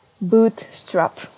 Bootstrap